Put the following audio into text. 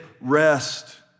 rest